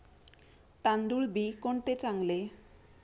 तांदूळ बी कोणते चांगले?